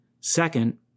Second